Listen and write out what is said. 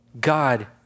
God